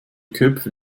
köpfe